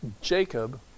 Jacob